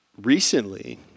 recently